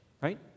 right